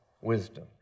wisdom